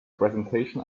presentation